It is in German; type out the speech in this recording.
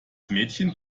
mädchen